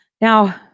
Now